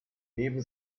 neben